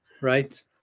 right